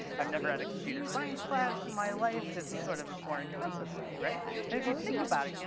i've never had a computer science class in my life, this is sort of a foreign concept to me, right? and if you think about it,